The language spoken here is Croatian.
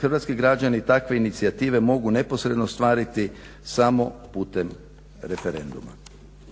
Hrvatski građani takve inicijative mogu neposredno ostvariti samo putem referenduma.